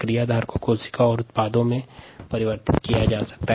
क्रियाधार को कोशिका और उत्पाद में परिवर्तित किया जाता है